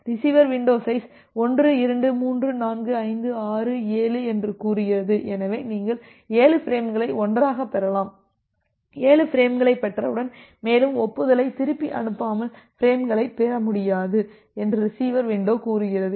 receiver window size 1 2 3 4 5 6 7 என்று கூறுகிறது எனவே நீங்கள் 7 பிரேம்களை ஒன்றாகப் பெறலாம் 7 பிரேம்களைப் பெற்றவுடன் மேலும் ஒப்புதலை திருப்பி அனுப்பாமல் பிரேம்களை பெற முடியாது என்று ரிசீவர் வின்டோ கூறுகிறது